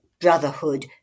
brotherhood